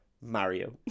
Mario